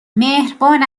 مهربان